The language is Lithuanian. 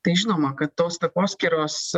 tai žinoma kad tos takoskyros